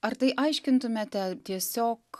ar tai aiškintumėte tiesiog